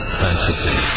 fantasy